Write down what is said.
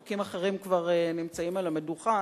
חוקים אחרים כבר נמצאים על המדוכה,